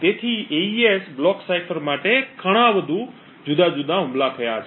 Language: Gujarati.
તેથી એઇએસ બ્લોક સાઇફર માટે ઘણા વધુ જુદા જુદા હુમલા થયા છે